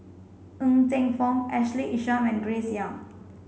Ng Teng Fong Ashley Isham and Grace Young